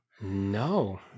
No